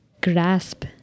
grasp